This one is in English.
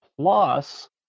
Plus